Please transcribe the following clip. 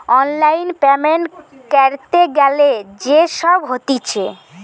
online payment ক্যরতে গ্যালে যে সব হতিছে